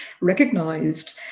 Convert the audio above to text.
recognized